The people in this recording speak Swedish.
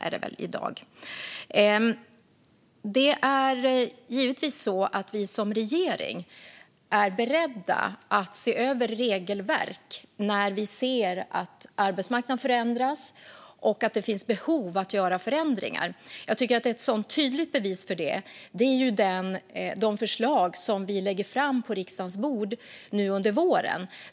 Regeringen är givetvis beredd att se över regelverk när arbetsmarknaden förändras och när det finns behov av att göra förändringar. Ett tydligt bevis på det är de förslag som vi kommer att lägga fram på riksdagens bord under våren.